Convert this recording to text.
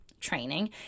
training